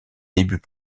débuts